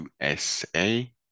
USA